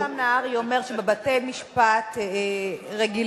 כשהשר משולם נהרי אומר שבבתי-משפט רגילים,